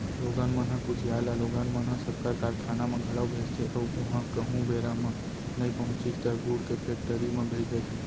लोगन मन ह कुसियार ल लोगन मन ह सक्कर कारखाना म घलौ भेजथे अउ उहॉं कहूँ बेरा म नइ पहुँचिस त गुड़ के फेक्टरी म भेज देथे